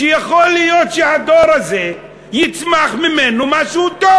יכול להיות שבדור הזה יצמח משהו טוב.